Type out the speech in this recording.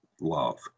love